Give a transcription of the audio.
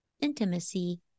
intimacy